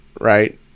Right